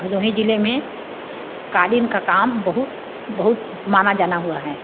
भदोही ज़िले में क़ालीन का काम बहुत बहुत जाना माना हुआ है